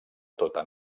tota